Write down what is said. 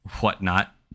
whatnot